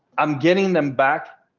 i'm getting them back.